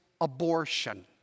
abortion